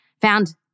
found